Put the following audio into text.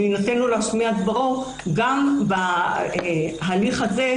ויינתן לו להשמיע את דברו גם בהליך הזה,